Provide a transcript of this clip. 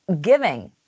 Giving